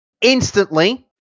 instantly